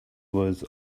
was